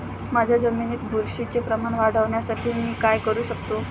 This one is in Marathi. माझ्या जमिनीत बुरशीचे प्रमाण वाढवण्यासाठी मी काय करू शकतो?